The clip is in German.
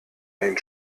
einen